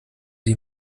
sie